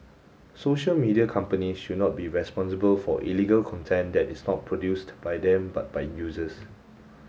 social media companies should not be responsible for illegal content that is not produced by them but by users